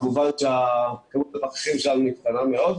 כמות הפקחים שלנו קטנה מאוד.